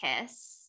kiss